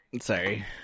Sorry